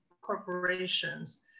corporations